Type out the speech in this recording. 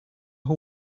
who